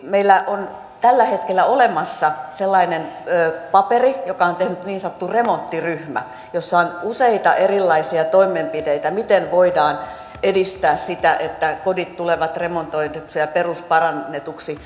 meillä on tällä hetkellä olemassa esimerkiksi sellainen paperi jonka on tehnyt niin sanottu remonttiryhmä ja jossa on useita erilaisia toimenpiteitä miten voidaan edistää sitä että kodit tulevat remontoiduiksi ja perusparannetuiksi aikanaan